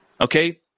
Okay